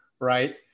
Right